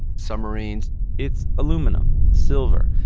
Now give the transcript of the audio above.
submarines it's aluminum, silver,